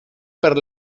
per